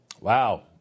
Wow